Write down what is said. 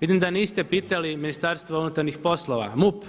Vidim da niste pitali Ministarstvo unutarnjih poslova, MUP,